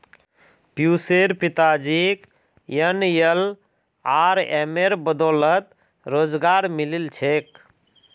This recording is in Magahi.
पियुशेर पिताजीक एनएलआरएमेर बदौलत रोजगार मिलील छेक